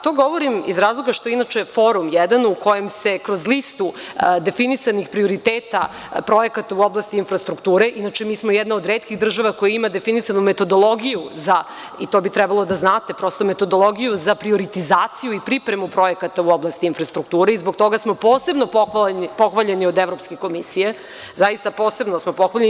To govorim iz razloga što inače Forum 1. u kojem se kroz listu definisanih prioriteta projekat u oblasti infrastrukture, inače mi smo jedna od retkih država koja ima definisanu metodologiju za, i to bi trebalo da znate, prosto, metodologiju za prioritizaciju i pripremu projekata u oblasti infrastrukture i zbog toga smo posebno pohvaljeni od Evropske komisije, zaista smo posebno pohvaljeni.